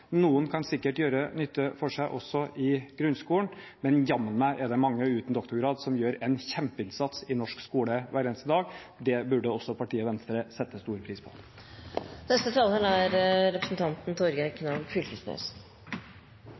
Noen kan sikkert også gjøre nytte for seg i grunnskolen. Men jammen er det mange uten doktorgrad som gjør en kjempeinnsats i norsk skole hver eneste dag. Det burde også partiet Venstre sette stor pris på. Det dirrar på forskjellig vis rundt doktorgrad her i denne debatten. Det er